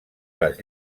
les